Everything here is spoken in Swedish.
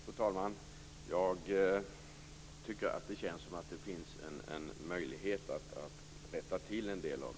Fru talman! Jag tycker att det känns som att det finns en möjlighet att rätta till en del här.